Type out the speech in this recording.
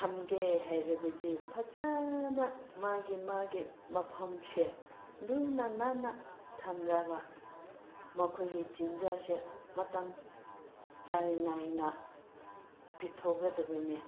ꯊꯝꯒꯦ ꯍꯥꯏꯔꯕꯗꯤ ꯐꯖꯅ ꯃꯥꯒꯤ ꯃꯥꯒꯤ ꯃꯐꯝꯁꯦ ꯂꯨꯅ ꯅꯥꯟꯅ ꯊꯝꯂꯒ ꯃꯈꯣꯏꯒꯤ ꯆꯤꯟꯖꯥꯛꯁꯦ ꯃꯇꯝ ꯆꯥꯡ ꯅꯥꯏꯅ ꯄꯤꯊꯣꯛꯀꯗꯕꯅꯤ